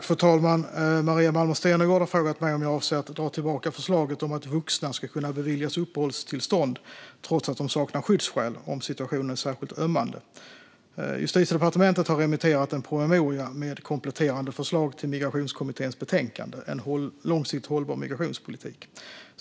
Fru talman! Maria Malmer Stenergard har frågat mig om jag avser att dra tillbaka förslaget om att vuxna ska kunna beviljas uppehållstillstånd, trots att de saknar skyddsskäl, om situationen är särskilt ömmande. Justitiedepartementet har remitterat en promemoria med kompletterande förslag till Migrationskommitténs betänkande En långsiktigt hållbar migrationspolitik .